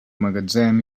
magatzem